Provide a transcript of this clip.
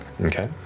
Okay